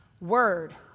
word